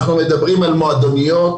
מועדוניות,